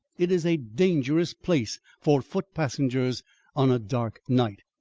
it is a dangerous place for foot passengers on a dark night.